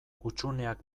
hutsuneak